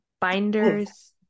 binders